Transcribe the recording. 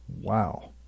Wow